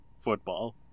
Football